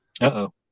Uh-oh